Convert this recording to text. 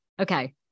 Okay